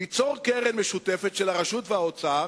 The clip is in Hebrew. ליצור קרן משותפת של הרשות והאוצר,